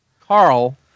Carl